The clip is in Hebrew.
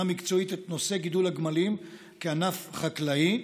מקצועית את נושא גידול הגמלים כענף חקלאי.